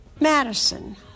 Madison